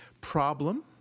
Problem